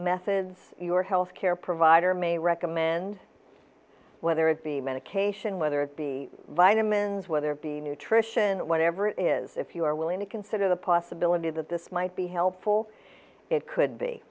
methods your healthcare provider may recommend whether it be medication whether it be vitamins whether it be nutrition whatever it is if you are willing to consider the possibility that this might be helpful it could be